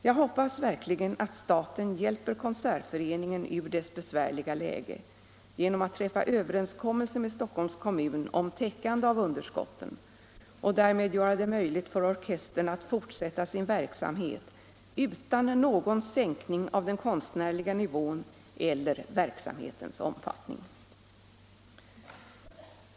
Jag hoppas verkligen att staten hjälper Konsertföreningen ur dess besvärliga läge genom att träffa överenskommelse med Stockholms kommun om täckande av underskotten och därmed göra det möjligt för orkestern att fortsätta sin verksamhet utan någon sänkning av den konstnärliga nivån eller av verksamhetens omfattning.